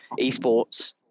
esports